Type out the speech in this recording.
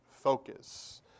focus